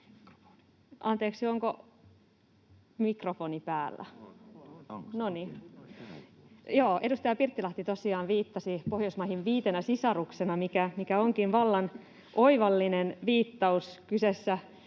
On!] — No niin. — Edustaja Pirttilahti tosiaan viittasi Pohjoismaihin viitenä sisaruksena, mikä onkin vallan oivallinen viittaus. Kyseessä